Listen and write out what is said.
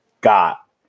got